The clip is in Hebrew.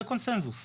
זה קונצנזוס.